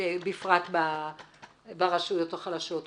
ובפרט ברשויות החלשות,